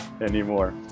Anymore